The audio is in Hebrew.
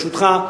ברשותך,